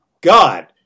God